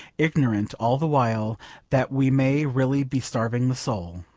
ignorant all the while that we may really be starving the soul.